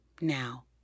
Now